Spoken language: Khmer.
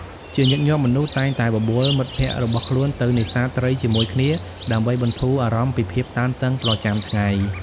ជាញឹកញាប់ មនុស្សតែងតែបបួលមិត្តភក្តិរបស់ខ្លួនទៅនេសាទត្រីជាមួយគ្នាដើម្បីបន្ធូរអារម្មណ៍ពីភាពតានតឹងប្រចាំថ្ងៃ។